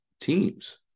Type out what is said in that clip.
teams